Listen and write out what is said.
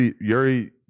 Yuri